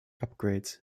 upgrades